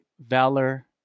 Valor